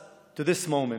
בארבע השנים האחרונות.